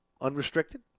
unrestricted